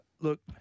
Look